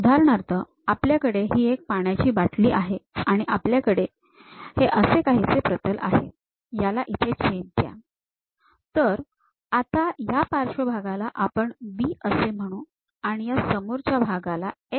उदाहरणार्थ आपल्याकडे ही एक पाण्याची बाटली आहे आणि आपल्याकडे हे असे काहीसे प्रतल आहे याला इथे छेद द्या तर आता ह्या पार्श्वभागाला आपण B असे म्हणू आणि या समोरच्या भागाला F असे म्हणू